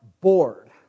bored